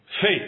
faith